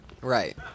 Right